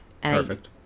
perfect